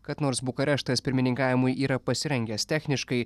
kad nors bukareštas pirmininkavimui yra pasirengęs techniškai